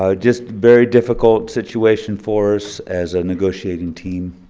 ah just very difficult situation for us as a negotiating team.